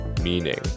meaning